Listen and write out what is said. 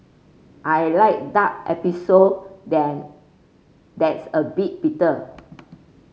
I like dark espresso than that's a bit bitter